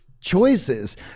choices